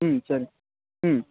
ம் சரி ம்